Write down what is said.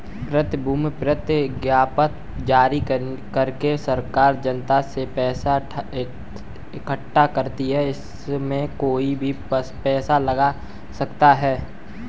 प्रतिभूति प्रतिज्ञापत्र जारी करके सरकार जनता से पैसा इकठ्ठा करती है, इसमें कोई भी पैसा लगा सकता है